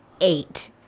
eight